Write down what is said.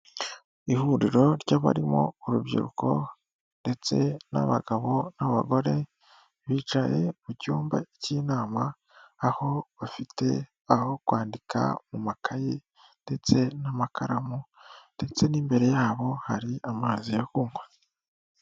Ihuriro ry'abarimo urubyiruko ndetse n'abagabo n'abagore, bicaye mu cyumba k'inama, aho bafite aho kwandika mu makayi ndetse n'amakaramu ndetse n'imbere yabo hari amazi yo kunywa.